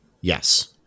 Yes